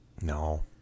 No